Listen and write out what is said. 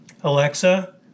Alexa